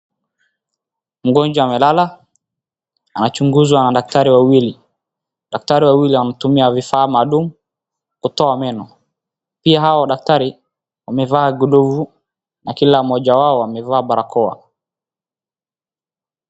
Mgonjwa amelala. Ana chunguzwa na daktari wawili. Daktari wawili wanatumia vifaa maalum kutoa meno. Pia hao daktari wamevaa glovu na kila mmoja wao amevaa barakoa.